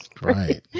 right